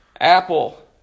Apple